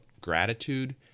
gratitude